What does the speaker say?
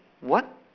what